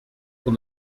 pour